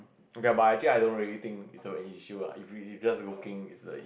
ok lah but I actually I don't really think it's an issue lah if you just looking it's like